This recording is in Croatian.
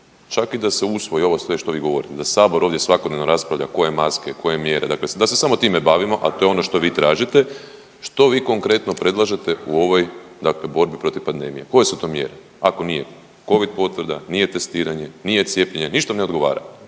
čak i da se usvoji ovo sve što vi govorite, da Sabor ovdje svakodnevno raspravlja koje maske, koje mjere, dakle da se samo time bavimo, a to je ono što vi tražite. Što vi konkretno predlažete u ovoj dakle borbi protiv pandemije, koje su to mjere? Ako nije Covid potvrda, nije testiranje, nije cijepljenje, ništa ne odgovara.